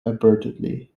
abruptly